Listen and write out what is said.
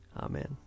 Amen